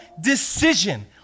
decision